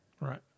Right